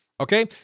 okay